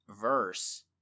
verse